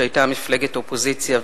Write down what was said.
שהיתה מפלגת אופוזיציה,